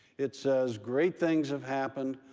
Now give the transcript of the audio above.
it says great things have happened,